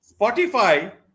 Spotify